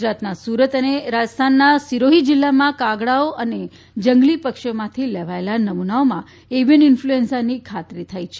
ગુજરાતના સુરત અને રાજસ્થાનના સિરોહી જીલ્લામાં કાગડાઓ અને જંગલી પક્ષીઓમાંથી લેવાયેલા નમુનાઓમાં એવિયન ઇન્ફલુએન્ઝાની ખાતરી થઇ છે